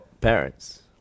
parents